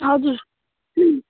हजुर